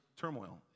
turmoil